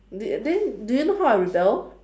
then then do you know how I rebel